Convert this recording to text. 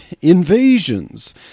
invasions